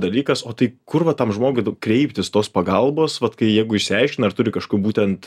dalykas o tai kur va tam žmogui nu kreiptis tos pagalbos vat kai jeigu išsiaiškina ar turi kaško būtent